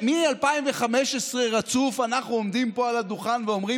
מ-2015 אנחנו עומדים פה על הדוכן ואומרים